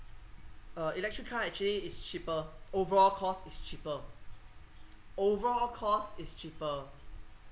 uh electric car actually is cheaper overall costs is cheaper overall costs is cheaper